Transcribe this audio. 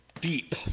deep